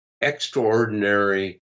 Extraordinary